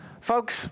Folks